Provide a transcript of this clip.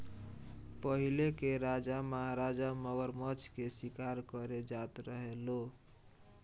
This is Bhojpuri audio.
पहिले के राजा महाराजा मगरमच्छ के शिकार करे जात रहे लो